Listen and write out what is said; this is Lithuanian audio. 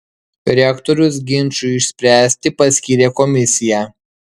rektorius ginčui išspręsti paskyrė komisiją